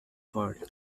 forth